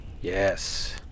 Yes